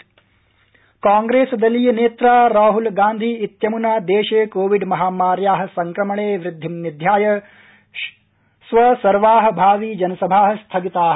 राहुल गांधी कांग्रेस दलीय नेत्रा राहुल गांधी इत्यमुना देशे कोविड महामार्या संक्रमणे वृद्धि निध्याय स्व सर्वा भावि जनसभा स्थगिता